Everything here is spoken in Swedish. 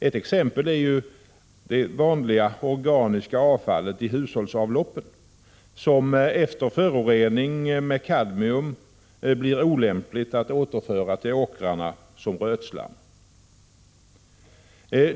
Ett exempel är det vanliga organiska avfallet i hushållsavloppen, som efter förorening med kadmium blir olämpligt att återföra till åkrarna som rötslam.